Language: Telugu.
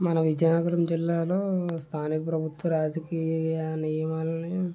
మన విజయనగరం జిల్లాలో స్థానిక ప్రభుత్వ రాజకీయ నియమాల్ని